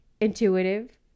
intuitive